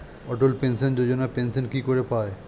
অটল pension Yojana pension কি করে পায়?